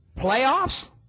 Playoffs